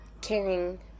caring